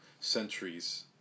centuries